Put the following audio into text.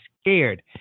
scared